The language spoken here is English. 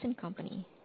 Company